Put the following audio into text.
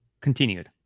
continued